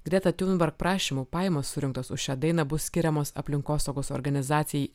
greta tiunberg prašymu pajamos surinktos už šią dainą bus skiriamos aplinkosaugos organizacijai